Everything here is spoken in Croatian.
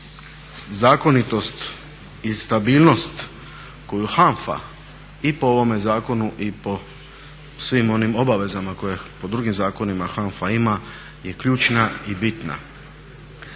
zakonitost i stabilnost koju HANFA i po ovome zakonu i po svim onim obavezama koje po drugim zakonima HANFA ima je ključna i bitna.